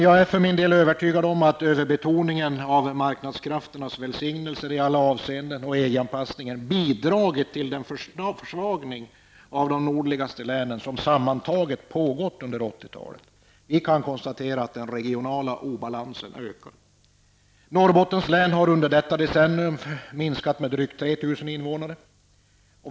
Jag är för min del övertygad om att överbetoningen av marknadskrafternas välsignelser i alla avseenden och EG-anpassningen bidragit till den försvagning av de nordligaste länen som sammantaget pågått under 80-talet. Vi kan konstatera att den regionala obalansen har ökat. Norrbottens län har under detta decennium minskat med drygt 3 000 invånare.